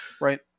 right